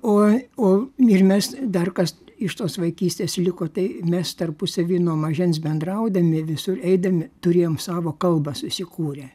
o o ir mes dar kas iš tos vaikystės liko tai mes tarpusavy nuo mažens bendraudami visur eidami turėjom savo kalbą susikūrę